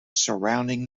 surrounding